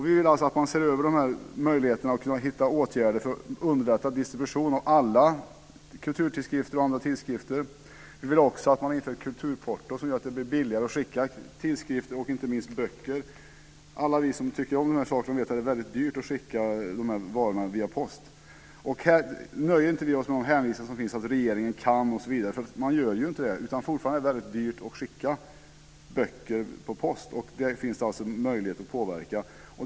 Vi vill att man ser över möjligheterna att hitta åtgärder för att underlätta distribution av alla kulturtidskrifter och andra tidskrifter. Vi vill också att man inför ett kulturporto som gör att det blir billigare att skicka tidskrifter och inte minst böcker. Alla vi som tycker om de här sakerna vet att det är väldigt dyrt att skicka dessa varor via post. Här nöjer vi oss inte med de hänvisningar som finns till att regeringen "kan" osv. Man gör ju ingenting. Det är fortfarande väldigt dyrt att skicka böcker per post. Där finns det möjlighet att påverka.